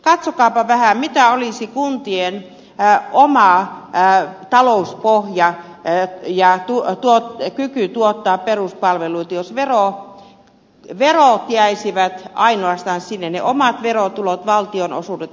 katsokaapa vähän mitä olisi kuntien oma talouspohja ja kyky tuottaa peruspalveluita jos ainoastaan verot jäisivät sinne ne omat verotulot ja valtionosuudet otettaisiin pois